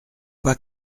pas